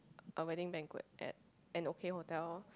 a wedding banquet at an okay hotel